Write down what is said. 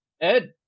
Ed